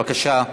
בבקשה.